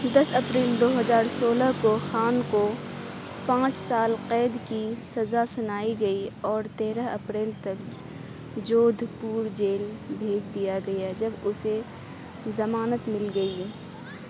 دس April دو ہجار سولہ کو خان کو پانچ سال قید کی سزا سنائی گئی اور تیرہ اپریل تک جودھ پور جیل بھیج دیا گیا جب اسے ضمانت مل گئی